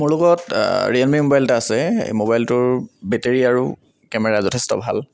মোৰ লগত Realme mobile এটা আছে ম'বাইটোৰ বেটেৰী আৰু কেমেৰা যথেষ্ট ভাল